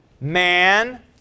man